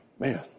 Man